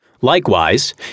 Likewise